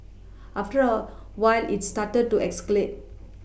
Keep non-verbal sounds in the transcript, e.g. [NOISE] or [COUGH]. after a while it started to escalate [NOISE]